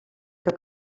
que